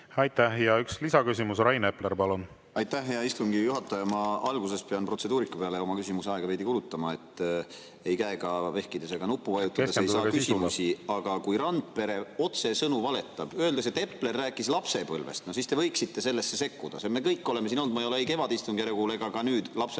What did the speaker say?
Aitäh! Ja üks lisaküsimus. Rain Epler, palun! Aitäh, hea istungi juhataja! Ma pean alguses protseduurika peale oma küsimisaega veidi kulutama. Ei käega vehkides ega nuppu vajutades ei saa [luba] küsimiseks, aga kui Randpere otsesõnu valetab, öeldes, et Epler rääkis lapsepõlvest, siis te võiksite sellesse sekkuda. Me kõik oleme siin olnud, ma ei ole ei kevadistungjärgul ega ka nüüd lapsepõlvest